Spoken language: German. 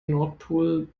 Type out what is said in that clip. nordpol